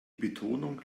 betonung